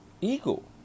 ego